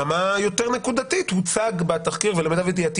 ברמה יותר נקודתית מוצג בתחקיר ולמיטב ידיעתי